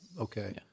okay